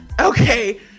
okay